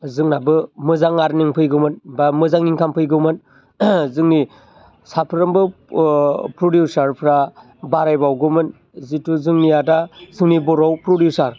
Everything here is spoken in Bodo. जोंनाबो मोजां आर्निं फैगौमोन बा मोजां इन्काम फैगौमोन जोंनि साफ्रोमबो ओ प्रडिउसारफ्रा बारायबावगौमोन जिथु जोंनिया दा जोंनि बर'आव प्रडिउसार